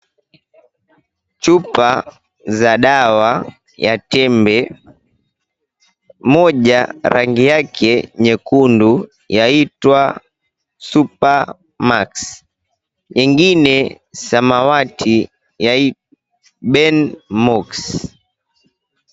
𝐶hupa za dawa ya tembe. Moja rangi yake nyekundu yaitwa super max ingine samawati ya ben mox.